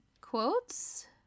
quotes